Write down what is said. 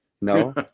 no